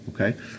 okay